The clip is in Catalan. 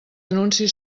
anunci